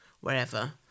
wherever